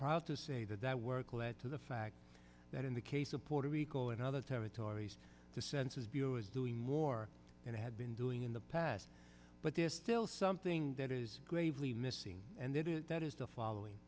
proud to say that that work will add to the fact that in the case of puerto rico and other territories the census bureau is doing more and had been doing in the past but there's still something that is gravely missing and then that is the following